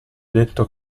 detto